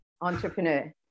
entrepreneur